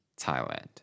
Thailand